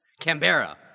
Canberra